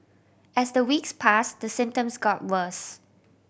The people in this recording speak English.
as the weeks pass the symptoms got worse